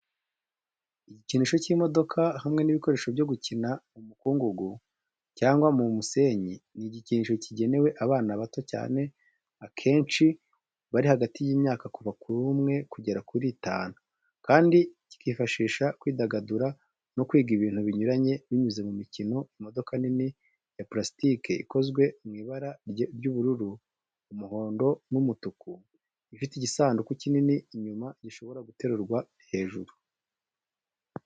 Igikinisho cy’imodoka hamwe n’ibikoresho byo gukina mu mukungugu cyangwa mu musenyi. Iki gikinisho kigenewe abana bato cyane akenshi bari hagati y’imyaka kuva kuri umwe kugera kuri itanu, kandi kibafasha kwidagadura no kwiga ibintu binyuranye binyuze mu mikino. Imodoka nini ya purasitiki ikozwe mu ibara rya ubururu, umuhondo n’umutuku ifite igisanduku kinini inyuma gishobora guterurwa hejuru.